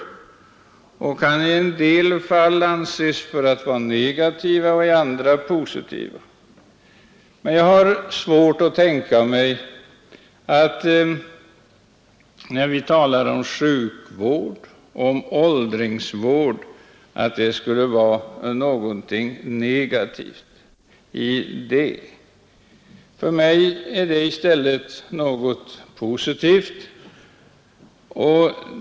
I en del fall kan de anses vara negativa, i andra positiva. Men jag har svårt att tänka mig att det skulle vara något negativt när vi talar om sjukvård och åldringsvård. För mig är det i stället något positivt.